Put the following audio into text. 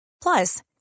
Plus